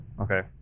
Okay